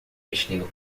vestindo